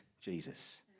Jesus